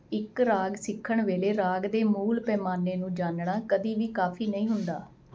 ਇੱਕ ਰਾਗ ਸਿੱਖਣ ਵੇਲੇ ਰਾਗ ਦੇ ਮੂਲ ਪੈਮਾਨੇ ਨੂੰ ਜਾਣਨਾ ਕਦੇ ਵੀ ਕਾਫ਼ੀ ਨਹੀਂ ਹੁੰਦਾ